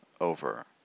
over